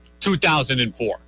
2004